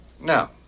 Now